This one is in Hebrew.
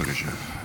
בבקשה.